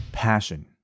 passion